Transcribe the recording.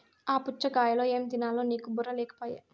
ఆ పుచ్ఛగాయలో ఏం తినాలో నీకు బుర్ర లేకపోయె